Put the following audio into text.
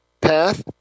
Path